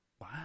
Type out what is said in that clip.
Wow